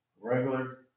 Regular